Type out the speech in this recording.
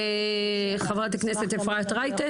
וחברת הכנסת אפרת רייטן,